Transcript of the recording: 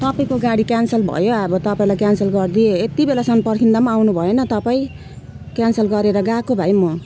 तपाईँको गाडी क्यान्सल भयो अब तपाईँलाई क्यान्सल गरिदिएँ यति बेलासम्म पर्खिँदा पनि आउनुभएन तपाईँ क्यान्सल गरेर गएको भाइ म